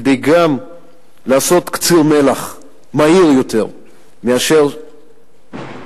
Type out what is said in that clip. גם כדי לעשות קציר מלח מהיר יותר מאשר יתרחש